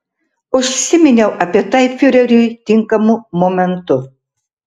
užsiminiau apie tai fiureriui tinkamu momentu